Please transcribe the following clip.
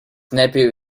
nephew